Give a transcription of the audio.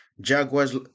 Jaguars